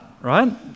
right